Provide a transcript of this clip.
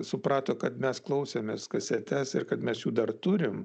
suprato kad mes klausėmės kasetes ir kad mes jų dar turim